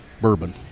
bourbon